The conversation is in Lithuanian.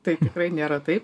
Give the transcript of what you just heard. tai tikrai nėra taip